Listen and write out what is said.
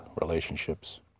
relationships